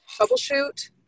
troubleshoot